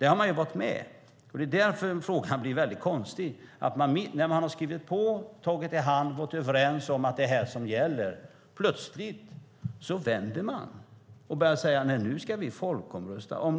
Här har ni varit med, och därför blir frågan konstig. När ni har skrivit på, tagit i hand och är överens om att detta ska gälla vänder ni plötsligt och säger: Nu ska vi folkomrösta.